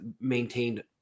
maintained